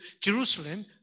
Jerusalem